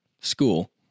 school